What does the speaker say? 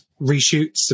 reshoots